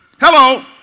Hello